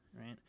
right